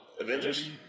Avengers